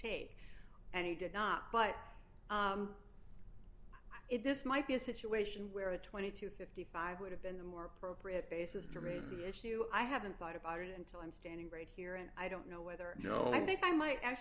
take and he did not but it this might be a situation where the twenty to fifty five would have been the more appropriate basis to raise the issue i haven't thought about it until i'm standing right here and i don't know whether you know i think i might